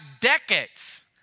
decades